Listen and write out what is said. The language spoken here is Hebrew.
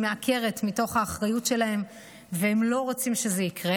מעקרת מתוך האחריות שלהם והם לא רוצים שזה יקרה,